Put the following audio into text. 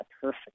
perfect